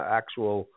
actual